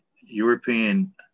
European